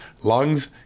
lungs